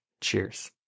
Cheers